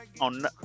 on